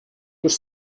was